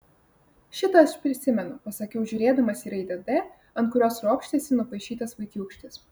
šitą aš prisimenu pasakiau žiūrėdamas į raidę d ant kurios ropštėsi nupaišytas vaikiūkštis